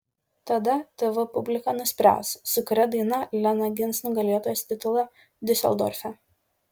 tada tv publika nuspręs su kuria daina lena gins nugalėtojos titulą diuseldorfe